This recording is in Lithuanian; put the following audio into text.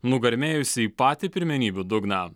nugarmėjusi į patį pirmenybių dugną